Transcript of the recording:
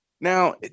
Now